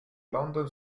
london